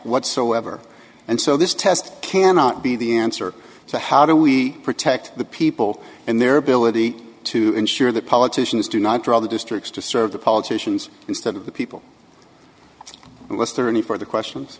whatsoever and so this test cannot be the answer to how do we protect the people and their ability to ensure that politicians do not draw the districts to serve the politicians instead of the people was there any further questions